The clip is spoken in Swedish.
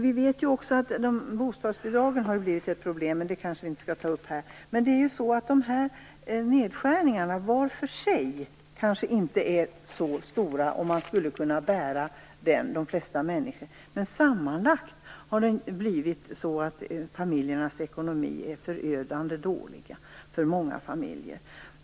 Vi vet ju också att bostadsbidragen har blivit ett problem, men det kanske inte skall tas upp i det här sammanhanget. Nedskärningarna var för sig kanske inte är så stora att de flesta människor inte skulle kunna klara dem. Men totalt sett har ekonomin blivit förödande dålig för många familjer.